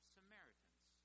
Samaritans